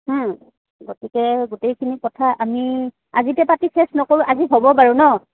গতিকে গোটেইখিনি কথা আমি আজিয়ে পাতি চেছ নকৰোঁ আজি হ'ব বাৰু ন